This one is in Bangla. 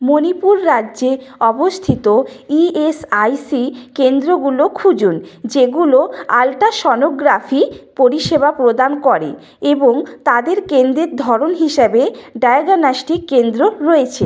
মণিপুর রাজ্যে অবস্থিত ই এস আই সি কেন্দ্রগুলো খুঁজুন যেগুলো আলটাসনোগ্রাফি পরিষেবা প্রদান করে এবং তাদের কেন্দ্রের ধরন হিসাবে ডায়াগনাস্টিক কেন্দ্র রয়েছে